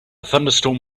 thunderstorm